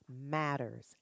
matters